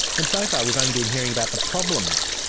and so far we've only been hearing about the problems.